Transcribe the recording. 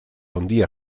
handiak